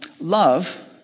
Love